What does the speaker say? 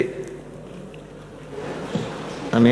שאלה נוספת.